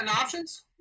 options